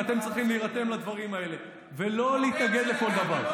ואתם צריכים להירתם לדברים האלה ולא להתנגד לכל דבר.